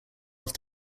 off